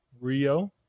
Rio